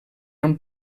amb